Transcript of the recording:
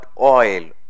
oil